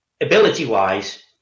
ability-wise